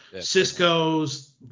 Cisco's